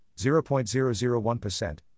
0.001%